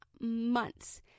months